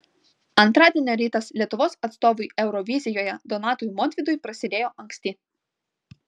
antradienio rytas lietuvos atstovui eurovizijoje donatui montvydui prasidėjo anksti